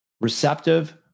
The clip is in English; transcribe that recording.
receptive